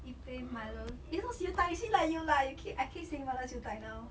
一杯 milo is not siew dai you see lah you lah you I keep saying milo siew dai now